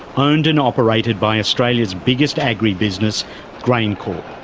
owned and operated by australia's biggest agri-business graincorp.